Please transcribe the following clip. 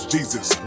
Jesus